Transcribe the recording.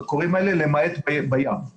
אנחנו